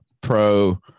pro